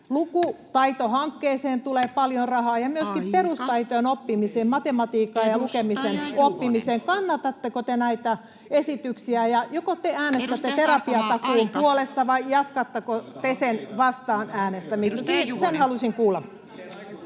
Lukutaitohankkeeseen tulee paljon rahaa [Puhemies: Aika!] ja myöskin perustaitojen oppimiseen, matematiikkaan ja lukemisen oppimiseen. Kannatatteko te näitä esityksiä, ja joko te äänestätte terapiatakuun puolesta [Puhemies: Edustaja Sarkomaa, aika!] vai jatkatteko te sitä vastaan äänestämistä? Sen haluaisin kuulla.